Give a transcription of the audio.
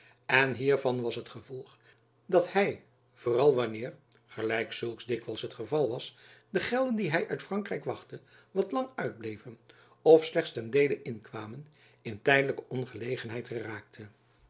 en hiervan was het gevolg dat hy vooral wanneer gelijk zulks dikwijls het geval was de gelden die hy uit frankrijk wachtte wat lang uitbleven of slechts ten deele inkwamen in tijdelijke ongelegenheid geraakte